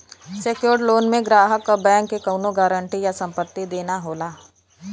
secured loan में ग्राहक क बैंक के कउनो गारंटी या संपत्ति देना होला